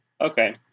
Okay